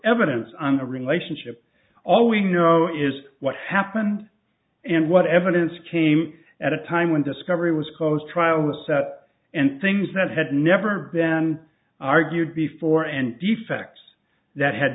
evidence on the relationship all we know is what happened and what evidence came at a time when discovery was close trial was set and things that had never been argued before and defects that had